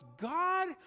God